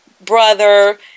brother